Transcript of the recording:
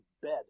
bed